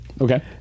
Okay